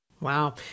Wow